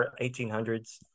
1800s